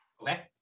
Okay